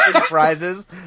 prizes